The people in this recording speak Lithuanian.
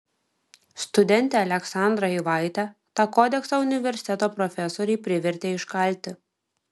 studentę aleksandrą eivaitę tą kodeksą universiteto profesoriai privertė iškalti